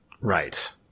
Right